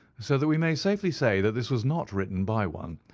so that we may safely say that this was not written by one,